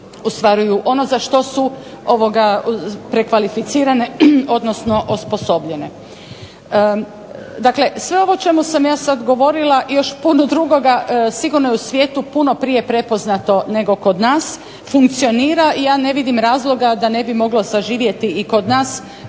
ostvaruju ono za što su prekvalificirane, odnosno osposobljene. Dakle sve ovo o čemu sam ja sad govorila, i još puno drugoga, sigurno je u svijetu puno prije prepoznato nego kod nas, funkcionira, i ja ne vidim razloga da ne bi moglo saživjeti i kod nas.